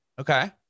Okay